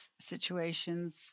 situations